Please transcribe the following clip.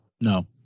No